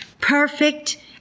perfect